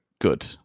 good